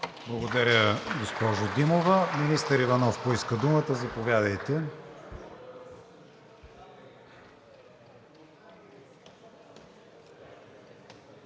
Благодаря, госпожо Димова. Министър Иванов поиска думата. Заповядайте.